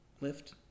lift